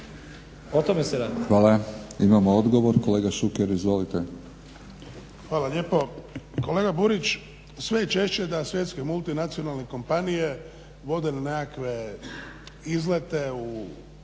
O tome se radi.